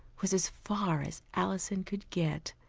was as far as alison could get.